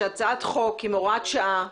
שהצעת חוק עם הוראת שעה,